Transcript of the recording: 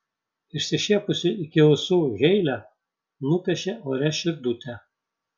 išsišiepusi iki ausų heile nupiešė ore širdutę